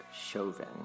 Chauvin